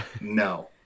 no